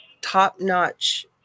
top-notch